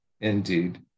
indeed